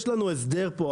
יש לנו הסדר פה,